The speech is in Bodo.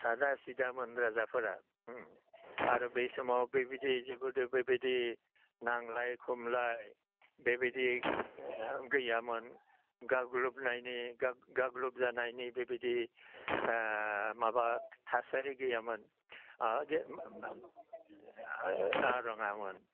सादा सिदामोन राजाफोरा आरो बे समाव बेबायदि जेबो बेबायदि नांज्लाय खमलाय बेबायदि गैयामोन गाग्लोबनायनि गाग्लोबजानाय नै बेबायदि माबा थासारि गैयामोन जे नङामोन